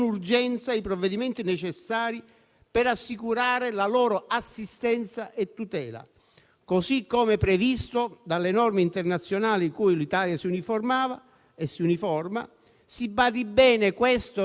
Il giorno seguente il ministro Salvini osservava sostanzialmente che si trattava di presunti minori non accompagnati e, inoltre, che, non essendo presenti sul territorio nazionale, poiché la nave non era al momento